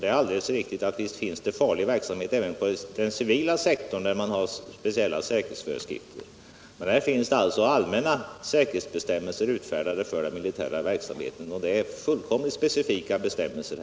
Det är alldeles riktigt att det förekommer farlig verksamhet med speciella säkerhetsföreskrifter även inom den civila sektorn, men för den militära verksamheten finns alltså säkerhetsbestämmelser utfärdade, och det är fullkomligt specifika bestämmelser.